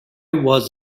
was